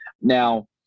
Now